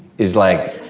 is like,